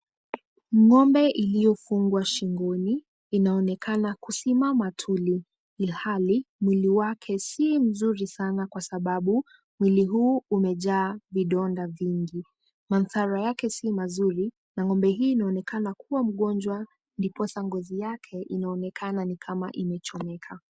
Ng'ombe iliyofungwa shingoni inaonekana kusimama tuli, ilhali mwili wake si mzuri sana kwa sababu mwili huu umejaa vidonda vingi. Manthara yake si mazuri na ng'ombe hii inaonekana kuwa mgonjwa ndiposa ngozi yake inaonekana ni kama imechomeka.